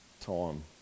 time